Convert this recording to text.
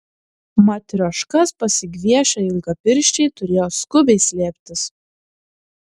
matrioškas pasigviešę ilgapirščiai turėjo skubiai slėptis